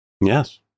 Yes